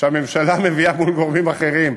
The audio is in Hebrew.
שהממשלה מביאה מול גורמים אחרים,